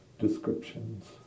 descriptions